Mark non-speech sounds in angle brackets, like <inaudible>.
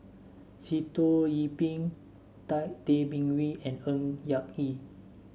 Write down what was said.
Sitoh Yih Pin <unintelligible> Tay Bin Wee and Ng Yak Whee